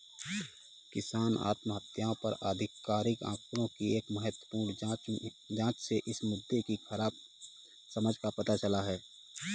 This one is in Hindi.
किसान आत्महत्याओं पर आधिकारिक आंकड़ों की एक महत्वपूर्ण जांच से इस मुद्दे की खराब समझ का पता चलता है